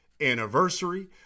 anniversary